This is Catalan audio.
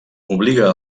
obliga